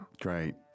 Great